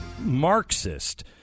Marxist